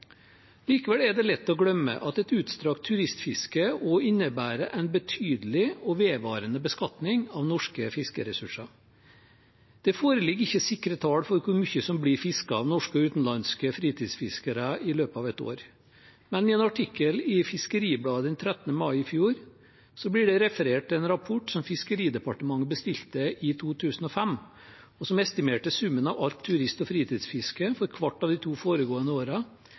Likevel er det lett å glemme at et utstrakt turistfiske også innebærer en betydelig og vedvarende beskatning av norske fiskeressurser. Det foreligger ikke sikre tall for hvor mye som blir fisket av norske og utenlandske fritidsfiskere i løpet av et år. Men i en artikkel i Fiskeribladet 13. mai i fjor ble det referert til en rapport som Nærings- og fiskeridepartementet bestilte i 2005, og som estimerte summen av alt turist- og fritidsfiske for hvert av de to foregående